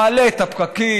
מגביר את הפקקים,